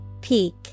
Peak